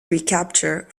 recapture